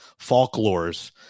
folklores